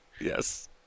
yes